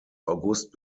august